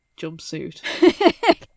jumpsuit